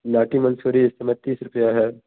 नाटी मंसूरी इस समय तीस रुपया है